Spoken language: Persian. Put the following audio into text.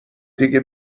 دیگه